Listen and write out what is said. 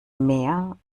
mehr